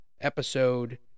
episode